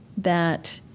that